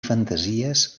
fantasies